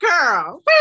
girl